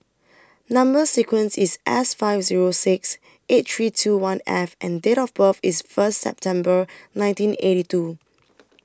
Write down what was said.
Number sequence IS S five Zero six eight three two one F and Date of birth IS First September nineteen eighty two